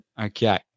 Okay